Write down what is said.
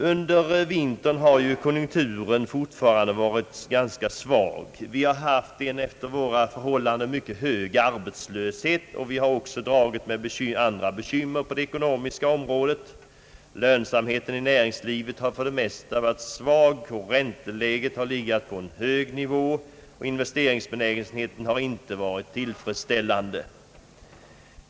Under vintern har konjunkturen fortfarande varit ganska svag. Vi har haft en för våra förhållanden mycket hög arbetslöshet och har också haft en del andra bekymmer på det ekonomiska området. Lönsamheten i näringslivet har för det mest varit dålig och räntan har legat på en hög nivå. Investe ringsbenägenheten har inte varit tillfredsställande.